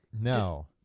No